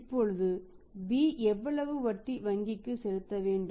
இப்போது B எவ்வளவு வட்டி வங்கிக்கு செலுத்த வேண்டும்